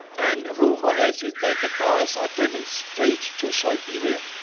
and rumor has it that the cars are driven straight to siberia.